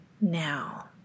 now